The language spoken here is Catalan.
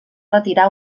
retirar